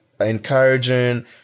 encouraging